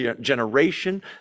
generation